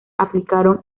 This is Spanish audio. aplicaron